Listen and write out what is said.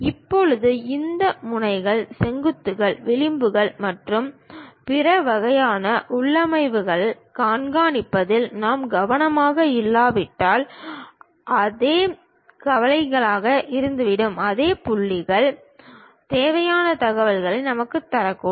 இப்போது இந்த முனைகள் செங்குத்துகள் விளிம்புகள் மற்றும் பிற வகையான உள்ளமைவுகளைக் கண்காணிப்பதில் நாம் கவனமாக இல்லாவிட்டால் அதே புள்ளிகள் தவறான தகவல்களையும் நமக்குத் தரக்கூடும்